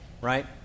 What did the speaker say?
Right